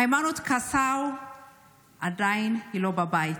היימנוט קסאו עדיין לא בבית,